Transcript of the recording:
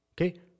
Okay